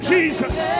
Jesus